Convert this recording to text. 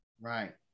Right